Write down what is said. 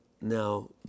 now